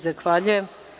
Zahvaljujem.